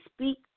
speak